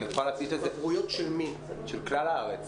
בגרויות בכלל הארץ.